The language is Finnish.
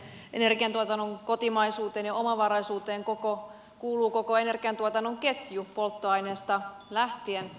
energiantuotannon kotimaisuuteen ja omavaraisuuteen kuuluu koko energiantuotannon ketju polttoaineista lähtien